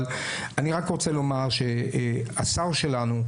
אבל אני רק רוצה לומר שהשר שלנו,